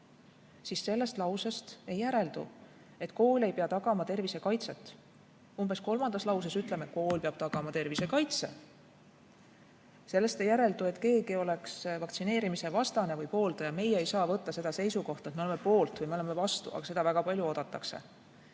siis sellest lausest ei järeldu, et kool ei pea tagama tervisekaitset. Umbes kolmandas lauses ütleme, et kool peab tagama tervisekaitse. Sellest ei järeldu, et keegi oleks vaktsineerimise vastane või pooldaja. Meie ei saa võtta seda seisukohta, et me oleme poolt või me oleme vastu. Aga seda väga palju oodatakse.